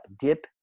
dip